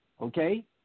Okay